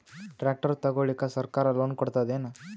Tractor ತಗೊಳಿಕ ಸರ್ಕಾರ loan ಕೊಡತದೇನು?